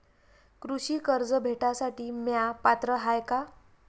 कृषी कर्ज भेटासाठी म्या पात्र हाय का?